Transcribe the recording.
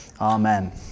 Amen